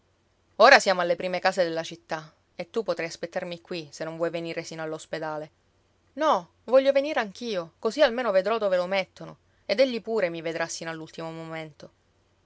ora siamo alle prime case della città e tu potrai aspettarmi qui se non vuoi venire sino all'ospedale no voglio venire anch'io così almeno vedrò dove lo mettono ed egli pure mi vedrà sino all'ultimo momento